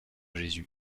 jésus